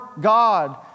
God